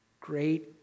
Great